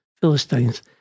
Philistines